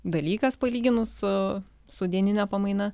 dalykas palyginus su su dienine pamaina